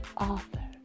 author